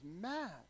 mad